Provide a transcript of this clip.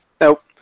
Nope